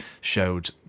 showed